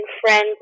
friends